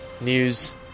news